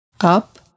Up